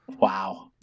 Wow